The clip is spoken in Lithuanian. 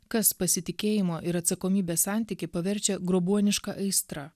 kas pasitikėjimo ir atsakomybės santykį paverčia grobuoniška aistra